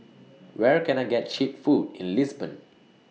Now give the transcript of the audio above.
Where Can I get Cheap Food in Lisbon